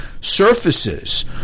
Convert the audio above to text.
surfaces